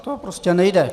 To prostě nejde.